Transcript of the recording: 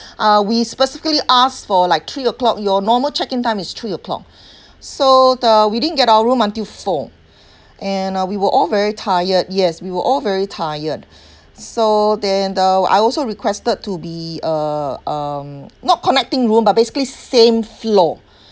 uh we specifically asked for like three O'clock your normal check-in time is three O'clock so uh we didn't get our room until four and uh we were all very tired yes we were all very tired so then uh I also requested to be uh um not connecting room but basically same floor